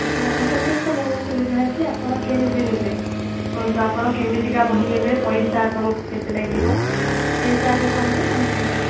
ଆଜ୍ଞା ଆମ ପାଖରେ ତ ବହୁତ ସୁବିଧା ଅଛି ଆପଣ କେମିତି ନେବେ କୁହନ୍ତୁ ଆପଣ କେମିତିକା ବହି ନେବେ ପଇସା ଆପଣଙ୍କୁ କେତେ ଲାଗିବ ସେଇ ହିସାବରେ କହିଲେ ଆମେମାନେ